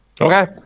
Okay